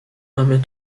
mamy